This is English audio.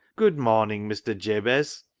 good morning, mr. jabez.